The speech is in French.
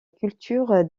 culture